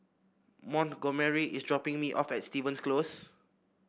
montgomery is dropping me off at Stevens Close